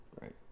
right